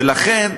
ולכן,